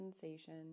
sensation